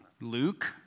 Luke